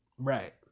Right